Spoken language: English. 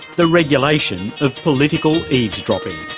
the regulation of political eavesdropping. a